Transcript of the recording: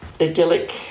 idyllic